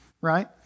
right